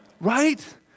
right